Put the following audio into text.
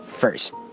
first